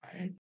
right